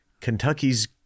kentucky's